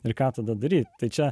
ir ką tada daryti tai čia